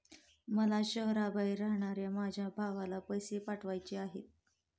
मला शहराबाहेर राहणाऱ्या माझ्या भावाला पैसे पाठवायचे आहेत